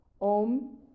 Om